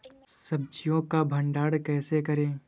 सब्जियों का भंडारण कैसे करें?